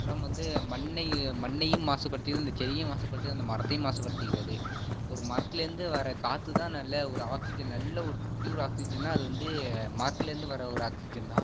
உரம் வந்து மண்ணை மண்ணையும் மாசுபடுத்தியது அந்த செடியையும் மாசுபடுத்துது அந்த மரத்தையும் மாசுப்படுத்துகிறது ஒரு மரத்திலேர்ந்து வர காற்று தான் நல்ல ஒரு ஆக்சிஜன் நல்ல ஒரு ப்யூர் ஆக்சிஜன்னா அது வந்து மரத்திலேர்ந்து வர ஒரு ஆக்சிஜன் தான்